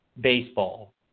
baseball